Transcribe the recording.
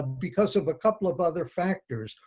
because of a couple of other factors.